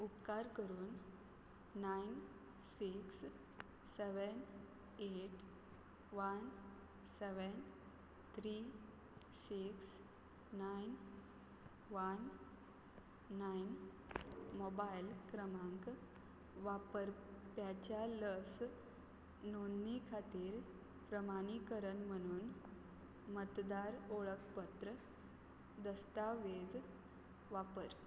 उपकार करून nine six seven eight one seven three six nine one nine mobile क्रमांक वापरप्याच्या लस नोंदणी खातीर प्रमाणीकरण म्हणून मतदार ओळखपत्र दस्तावेज वापर